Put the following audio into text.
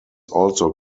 also